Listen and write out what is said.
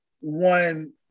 one